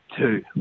two